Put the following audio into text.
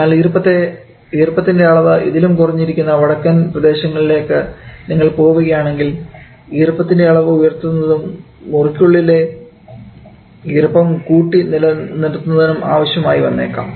എന്നാൽ ഈർപ്പംത്തിൻറെ അളവ് ഇതിലും കുറഞ്ഞ ഇരിക്കുന്ന വടക്കൻ പ്രദേശങ്ങളിലേക്ക് നിങ്ങൾ പോവുകയാണെങ്കിൽ ഈർപ്പംത്തിൻറെ അളവ് ഉയർത്തുന്നതും മുറിക്കുള്ളിലെ ഈർപ്പം കൂട്ടി നിലനിർത്തുന്നതും ആവശ്യമായി വന്നേക്കാം